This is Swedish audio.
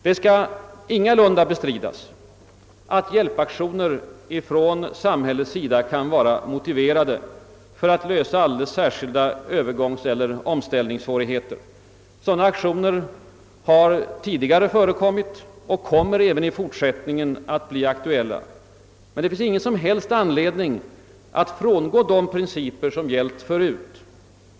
Det skall ingalunda bestridas att hjälpaktioner från samhällets sida kan vara motiverade för att lösa alldeles särskilda övergångseller omställningssvårigheter. Sådana aktioner har tidigare förekommit och kommer även i fortsättningen att bli aktuella. Det finns ingen som helst anledning att frångå de principer som gällt förut.